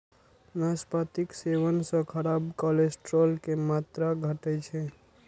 नाशपातीक सेवन सं खराब कोलेस्ट्रॉल के मात्रा घटै छै